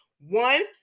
One